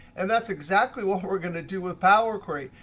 and that's exactly what we're going to do with power query.